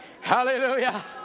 Hallelujah